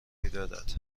میدارد